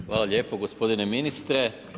Hvala lijepo gospodine Ministre.